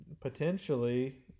Potentially